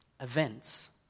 events